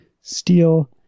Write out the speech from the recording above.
steel